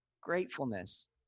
gratefulness